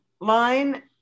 line